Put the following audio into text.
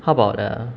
how about uh